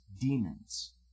demons